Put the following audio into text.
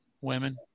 Women